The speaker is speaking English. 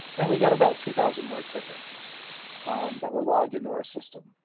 and we got about two thousand more tickets that were logged into our system.